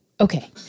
okay